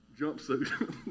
jumpsuit